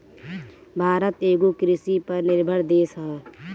भारत एगो कृषि पर निर्भर देश ह